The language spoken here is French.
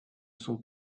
sont